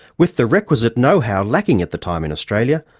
with the requisite know-how lacking at the time in australia,